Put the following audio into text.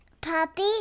Puppy